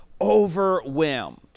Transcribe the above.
overwhelmed